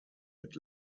mit